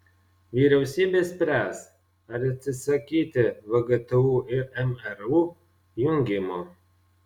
vyriausybė spręs ar atsisakyti vgtu ir mru jungimo